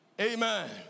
Amen